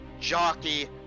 jockey